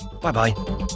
Bye-bye